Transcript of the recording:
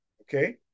okay